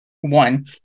One